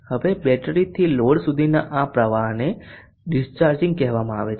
હવે બેટરીથી લોડ સુધીના આ પ્રવાહને ડિસ્ચાર્જિંગ કહેવામાં આવે છે